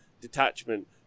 detachment